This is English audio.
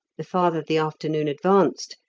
the farther the afternoon advanced,